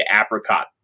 apricot